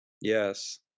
Yes